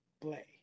play